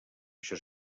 això